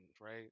right